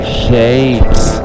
shapes